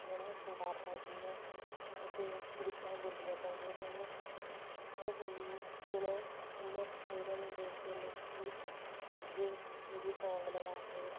ਸੋਹਣੇ ਸ਼ਿੰਗਾਰ ਕਰਦੀਆਂ ਸਨ ਅਤੇ ਗਿੱਧਾ ਬੋਲੀਆਂ ਪਾਉਂਦੀਆਂ ਸਨ ਪਰ ਹੁਣ ਹੁਣ ਇਨ੍ਹਾਂ ਐਕਸਪੋਜ਼ਰਾਂ ਨੂੰ ਦੇਖ ਕੇ ਲੋਕ ਡੀ ਜੇ 'ਤੇ ਹੀ ਸੌਂਗ ਲਗਾ ਕੇ